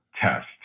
test